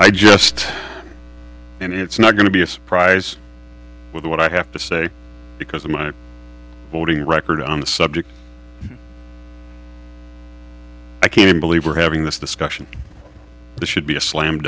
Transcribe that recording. i just and it's not going to be a surprise with what i have to say because of my voting record on the subject i can't believe we're having this discussion the should be a slam